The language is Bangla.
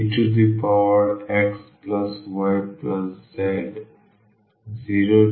0xydydx0a0xe2xy exydydx 0ae2xy2